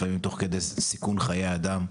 לפעמים תוך כדי סיכון חיי אדם,